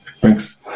Thanks